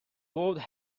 would